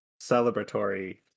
celebratory